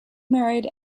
married